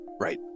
Right